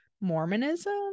Mormonism